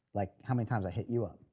like how many times i hit you up.